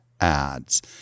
ads